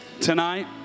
tonight